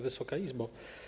Wysoka Izbo!